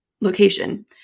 location